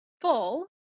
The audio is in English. full